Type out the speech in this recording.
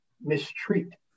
mistreat